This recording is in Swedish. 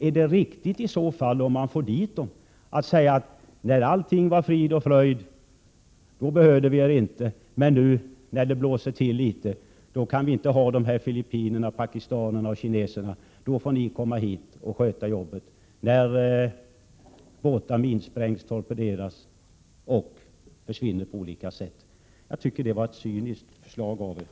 Är det riktigt i så fall — om man får dit folket — att säga att när allting var frid och fröjd behövde vi er inte, men nu när det är ofredstider kan vi inte ha filippinerna, pakistanerna och kineserna, då får ni komma och sköta arbetet — när båtar minsprängs, torpederas och försvinner på olika sätt. Jag tycker att ert förslag är cyniskt.